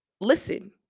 listen